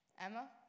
Emma